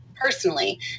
personally